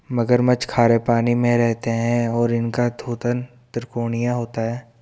मगरमच्छ खारे पानी में रहते हैं और इनका थूथन त्रिकोणीय होता है